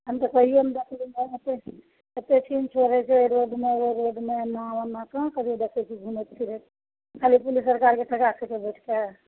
हम तऽ कहियो नहि देखबय एते एते छिन छोड़य छै रोडमे ओइ रोडमे एना ओना कहाँ कहियौ देखय छियै घुमैत फिरैत खाली पुलिस सरकारके पर बैठतय